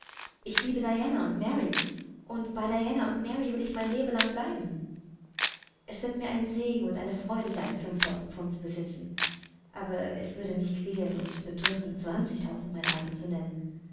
ich liebe diana und mary und bei diana und mary will ich mein lebelang bleiben es wird mir ein segen und eine freude sein fünftausend pfund zu besitzen aber es würde mich quälen und bedrücken zwanzigtausend mein eigen zu nennen